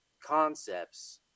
concepts